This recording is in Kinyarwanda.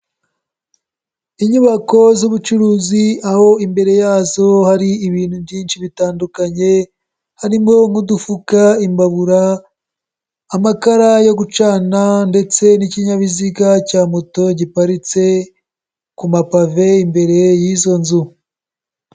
Inyubako z'ubucuruzi aho imbere yazo hari ibintu byinshi bitandukanye, harimo nk'udufuka, imbabura, amakara yo gucana ndetse n'ikinyabiziga cya moto giparitse ku mapave imbere y'izo nzu.